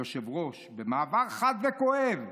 היושב-ראש, במעבר חד וכואב: